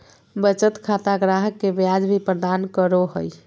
बचत खाता ग्राहक के ब्याज भी प्रदान करो हइ